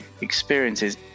experiences